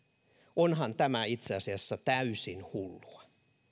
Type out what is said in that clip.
onhan tämä itse asiassa täysin hullua